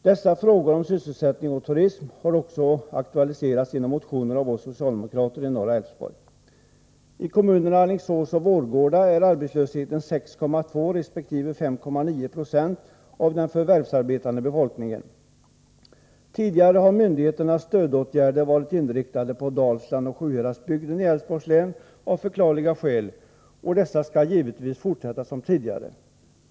Dessa frågor om sysselsättning och turism har också aktualiserats genom motioner av oss socialdemokrater i norra Älvsborg. I kommunerna Alingsås och Vårgårda är arbetslösheten 6,2 resp. 5,9 90 av den förvärvsarbetande befolkningen. Tidigare har myndigheternas stödåtgärder varit inriktade på Dalsland och Sjuhäradsbygden i Älvsborgs län, av förklarliga skäl, och dessa stödåtgärder skall givetvis fortsätta som förut.